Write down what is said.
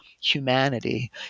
humanity